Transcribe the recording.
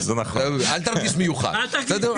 אל תרגיש מיוחד.